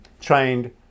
trained